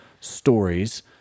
stories